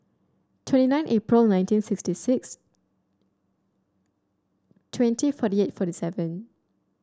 twenty nine April nineteen sixty six twenty forty eight forty seven